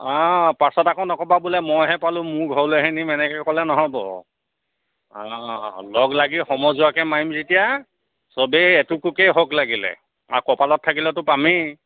অঁ পাছত আকৌ নক'বা বোলে মইহে পালোঁ মোৰ ঘৰলৈহে নিম এনেকৈ ক'লে নহ'ব অঁ লগ লাগি সমজুৱাকৈ মাৰিম যেতিয়া সবেই এটুকুৰকৈ হওক লাগিলে আৰু কপালত থাকিলেতো পামেই